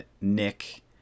nick